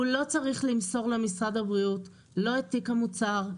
הוא לא צריך למסור למשרד הבריאות לא את תיק המוצר,